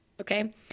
okay